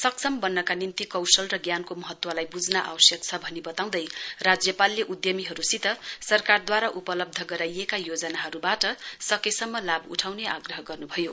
सक्षम वन्नका निम्ति कौशल र ज्ञानको महत्वलाई वुझ्न आवश्यक छ भनी वताउँदै राज्यपालले उद्धमीहरुसित सरकारद्वारा उपलब्ध गराइएका योजनाहरुवाट सकेसम्म लाभ उठाउने आग्रह गर्नुभयो